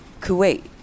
Kuwait